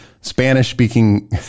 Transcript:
Spanish-speaking